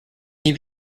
nie